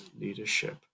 leadership